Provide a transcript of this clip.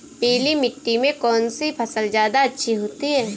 पीली मिट्टी में कौन सी फसल ज्यादा अच्छी होती है?